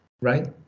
right